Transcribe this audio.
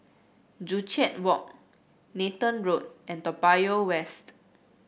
Joo Chiat Walk Nathan Road and Toa Payoh West